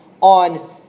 on